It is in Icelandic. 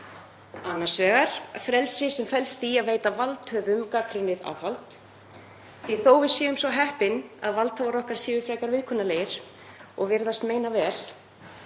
Annars vegar frelsi sem felst í að veita valdhöfum gagnrýnið aðhald, því að þó við séum svo heppin að valdhafar okkar séu frekar viðkunnanlegir og virðast meina vel